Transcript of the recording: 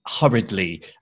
hurriedly